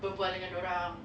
berbual dengan dorang